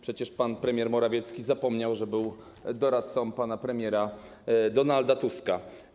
Przecież pan premier Morawiecki zapomniał, że był doradcą pana premiera Donalda Tuska.